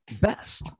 best